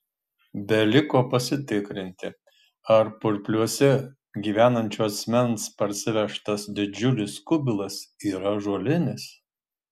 beliko pasitikrinti ar purpliuose gyvenančio asmens parsivežtas didžiulis kubilas yra ąžuolinis